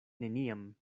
neniam